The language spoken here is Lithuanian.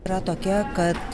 yra tokia kad